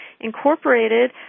Incorporated